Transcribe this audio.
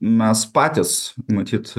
mes patys matyt